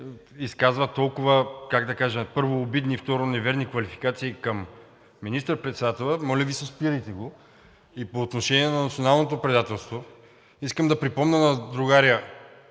изказва толкова, как да кажа, първо, обидни, второ, неверни квалификации към министър-председателя, моля Ви се, спирайте го! И по отношение на националното предателство искам да припомня на другаря